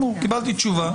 קיבלתי תשובה.